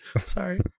sorry